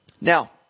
now